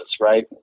right